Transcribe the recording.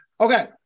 Okay